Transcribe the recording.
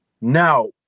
Now